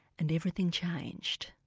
and everything changed.